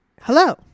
hello